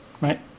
Right